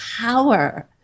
power